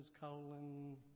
colon